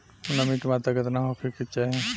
नमी के मात्रा केतना होखे के चाही?